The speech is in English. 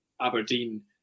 Aberdeen